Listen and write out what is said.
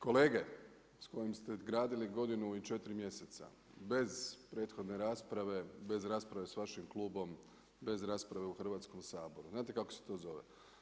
Kolege s kojim ste gradili godinu i četiri mjeseca bez prethodne rasprave, bez rasprave sa vašim klubom, bez rasprave u Hrvatskom saboru znate kako se to zove?